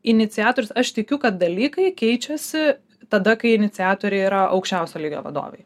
iniciatorius aš tikiu kad dalykai keičiasi tada kai iniciatoriai yra aukščiausio lygio vadovai